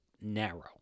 narrow